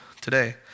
today